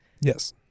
Yes